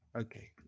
Okay